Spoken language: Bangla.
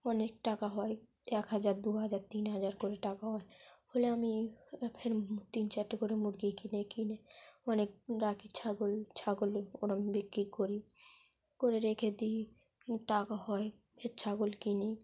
অনেক টাকা হয় এক হাজার দু হাজার তিন হাজার করে টাকা হয় হলে আমি ফের তিন চারটে করে মুরগি কিনে কিনে অনেক রাখি ছাগল ছাগল ওরকম বিক্রি করি করে রেখে দিই টাকা হয় ফের ছাগল কিনি